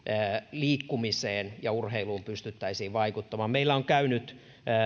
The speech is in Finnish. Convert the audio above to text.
liikkumiseen ja urheiluun pystyttäisiin vaikuttamaan meillä ovat käyneet